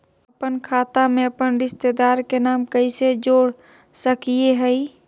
अपन खाता में अपन रिश्तेदार के नाम कैसे जोड़ा सकिए हई?